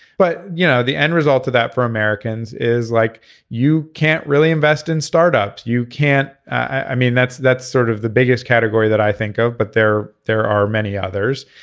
but you know the end result of that for americans is like you can't really invest in startups. you can't. i mean that's that's sort of the biggest category that i think of. but there are there are many others.